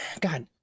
God